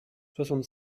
soixante